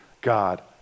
god